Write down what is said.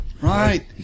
Right